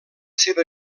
seva